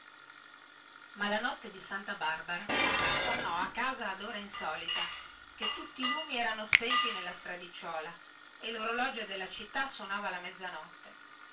ma la notte di santa barbara tornò a casa ad ora insolita che tutti i lumi erano spenti nella stradicciuola e lorologio della città suonava la mezzanotte